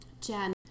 Jen